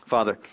Father